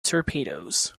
torpedoes